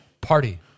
Party